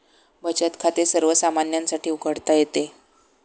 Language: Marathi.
बचत खाते सर्वसामान्यांसाठी उघडता येते